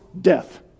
death